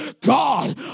God